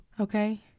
Okay